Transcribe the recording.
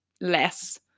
less